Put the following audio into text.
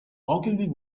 ogilvy